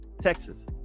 Texas